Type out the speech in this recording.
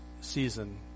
season